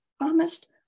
promised